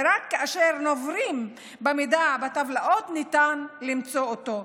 ורק כאשר נוברים בטבלאות ניתן למצוא אותו.